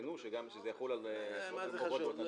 ושיציינו שזה יחול על כל החובות באותה שנה.